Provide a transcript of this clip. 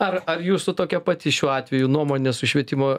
ar ar jūsų tokia pati šiuo atveju nuomonė su švietimo